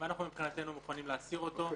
אנחנו מבחינתנו מוכנים להסיר אותו.